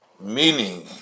meaning